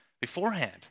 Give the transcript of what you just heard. beforehand